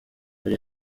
hari